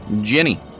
Jenny